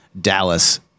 Dallas